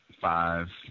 five